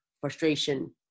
frustration